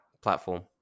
platform